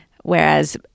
Whereas